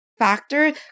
factor